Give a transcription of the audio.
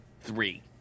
three